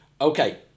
Okay